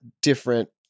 different